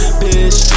bitch